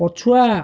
ପଛୁଆ